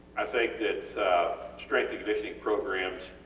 i think that strength and conditioning programs,